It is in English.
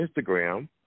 Instagram